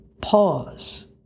pause